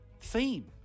theme